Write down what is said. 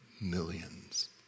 millions